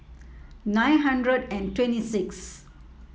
nine hundred and twenty sixth